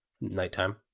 nighttime